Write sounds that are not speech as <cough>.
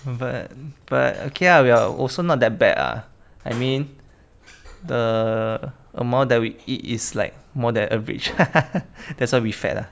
but but okay lah we are also not that bad ah I mean the amount that we eat is like more than average <laughs> that's why we fat lah